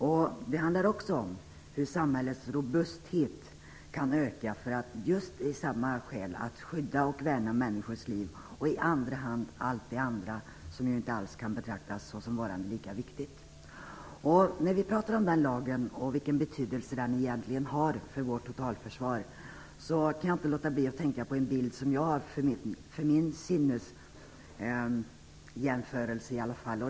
Vidare handlar det om hur samhällets robusthet kan öka just av samma skäl - dvs. för att skydda och värna människors liv samt när det gäller allt det andra, som ju inte alls kan betraktas såsom varande lika viktigt. När vi pratar om den lagen och om vilken betydelse den egentligen har för vårt totalförsvar kan jag inte låta bli att tänka på en i varje fall för mig jämförande sinnebild.